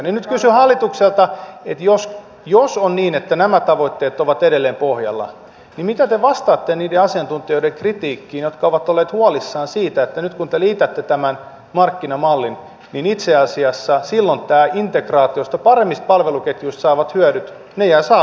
nyt kysyn hallitukselta että jos on niin että nämä tavoitteet ovat edelleen pohjalla niin mitä te vastaatte niiden asiantuntijoiden kritiikkiin jotka ovat olleet huolissaan siitä että nyt kun te liitätte tämän markkinamallin niin itse asiassa silloin tästä integraatiosta paremmista palveluketjuista saadut hyödyt jäävät saavuttamatta